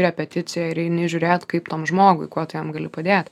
repeticiją ir eini žiūrėt kaip tam žmogui ko tu jam gali padėt